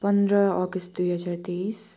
पन्ध्र अगस्त दुई हजार तेइस